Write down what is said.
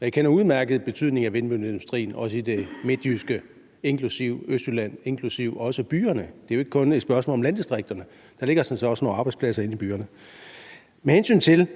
Jeg kender udmærket betydningen af vindmølleindustrien, også i det midtjyske, inklusive Østjylland og også byerne. Det er jo ikke kun et spørgsmål om landdistrikterne. Der ligger sådan set også nogle arbejdspladser inde i byerne. Med hensyn til